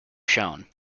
shown